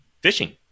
fishing